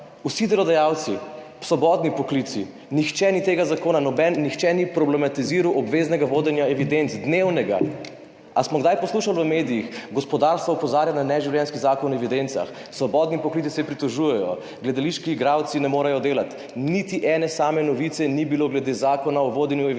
Vsi delodajalci, svobodni poklici, nihče ni problematiziral obveznega dnevnega vodenja evidenc. Ali smo kdaj poslušali v medijih, da gospodarstvo opozarja na neživljenjski zakon o evidencah, svobodni poklici se pritožujejo, gledališki igralci ne morejo delati? Niti ene same novice ni bilo glede zakona o vodenju evidenc